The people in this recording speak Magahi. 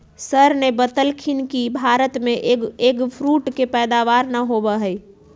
सर ने बतल खिन कि भारत में एग फ्रूट के पैदावार ना होबा हई